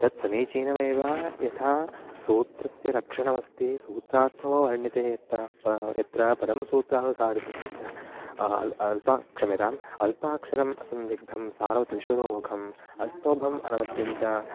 तत् समीचीनमेव यथा सूत्रस्य लक्षणमस्ति सूत्रार्थो वर्ण्यते यत्र प यत्र पदं सूत्रानुसारिभिः अ अल्पं क्षम्यतां अल्पाक्षरम् असन्दिग्धं सारवत् विश्वतोमुखं अस्तोभम् अनवद्यं च